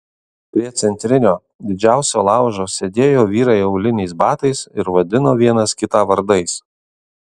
prie centrinio didžiausio laužo sėdėjo vyrai auliniais batais ir vadino vienas kitą vardais